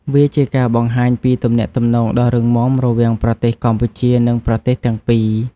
វាជាការបង្ហាញពីទំនាក់ទំនងដ៏រឹងមាំរវាងប្រទេសកម្ពុជា និងប្រទេសទាំងពីរនេះ។